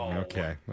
Okay